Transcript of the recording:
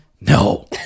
No